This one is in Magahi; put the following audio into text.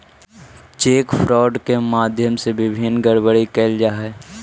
चेक फ्रॉड के माध्यम से वित्तीय गड़बड़ी कैल जा हइ